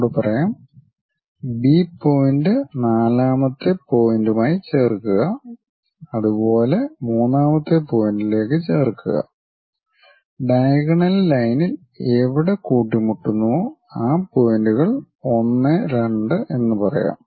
ഒന്നൂടെ പറയാം B point നാലാമത്തെ പോയിന്റുമായി ചേർക്കുക അതുപോലെ മൂന്നാമത്തെ പോയിന്റിലേക്ക് ചേർക്കുക ഡയഗണൽ ലൈനിൽ എവിടെ കൂട്ടി മുട്ടുന്നുവോ ആ പോയിന്റുകൾ 1 2 എന്ന് പറയാം